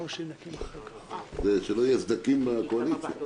אני חושב